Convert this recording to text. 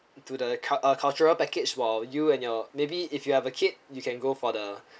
to the cult~ err cultural package while you and your maybe if you have a kid you can go for the